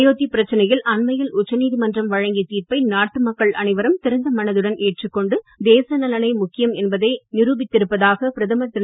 அயோத்தி பிரச்சனையில் அண்மையில் உச்ச நீதிமன்றம் வழங்கிய தீர்ப்பை நாட்டு மக்கள் அனைவரும் திறந்த மனத்துடன் ஏற்று கொண்டு தேச நலனே முக்கியம் என்பதை நிரூபித்திருப்பதாக பிரதமர் திரு